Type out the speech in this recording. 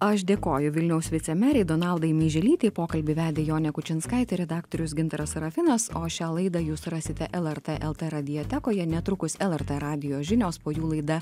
aš dėkoju vilniaus vicemerei donaldai meiželytei pokalbį vedė jonė kučinskaitė redaktorius gintaras serafinas o šią laidą jūs rasite lrt lt radiotekoje netrukus lrt radijo žinios po jų laida